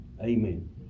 Amen